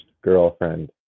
girlfriend